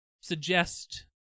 suggest